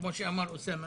כמו שאמר אוסאמה,